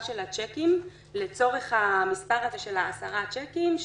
של הצ'קים לצורך המספר הזה של 10 צ'קים.